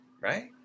right